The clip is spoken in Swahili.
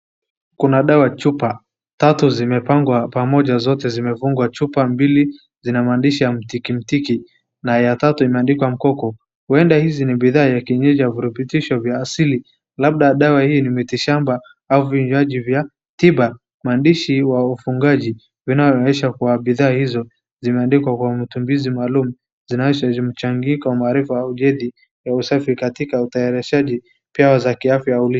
Kuna dawa chupa tatu zimepangwa pamoja zote zimefungwa chupa mbili zinamaanisha mtikimtiki na ya tatu imeandikwa mkoko. Huenda hizi ni bidhaa za vienyeji za virutubisho vya asili, labda dawa hii ni miti shamba au vinyaji vya tiba, maandishi wa ufungaji inayoonyweshwa kwa bidhaa hizo zimeandikwa kwa matumbizi maalum, zinaonyesha mchangiko wa maarifa au dhidi ya usafi katika utayarishaji pewa za kiafya.